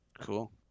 Cool